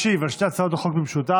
ישיב על שתי הצעות החוק במשותף